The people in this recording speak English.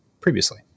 previously